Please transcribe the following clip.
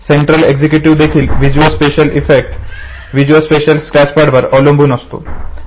central executive देखील visuo spatial visuo spatial स्केचपॅडवर अवलंबून असते